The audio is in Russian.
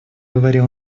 говорит